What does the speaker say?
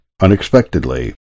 Unexpectedly